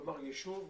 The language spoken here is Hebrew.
כלומר, ישוב.